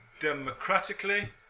democratically